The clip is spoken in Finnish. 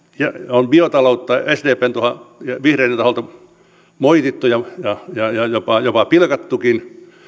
on biotaloutta sdpn ja vihreiden taholta moitittu ja jopa jopa pilkattukin